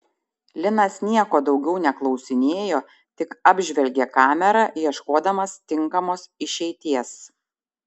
linas nieko daugiau neklausinėjo tik apžvelgė kamerą ieškodamas tinkamos išeities